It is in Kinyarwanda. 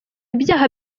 ibyaha